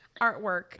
artwork